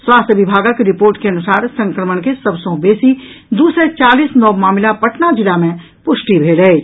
स्वास्थ्य विभागक रिपोर्ट के अनुसार संक्रमण के सभ सँ बेसी दू सय चालीस नव मामिला पटना जिला मे पुष्टि भेल अछि